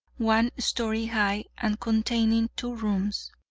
one story high, and containing two rooms.